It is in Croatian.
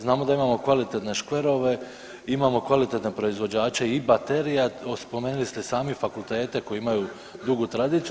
Znamo da imamo kvalitetne škverove, imamo kvalitetne proizvođače i baterija, spomenuli ste i same fakultete koji imaju dugu tradiciju.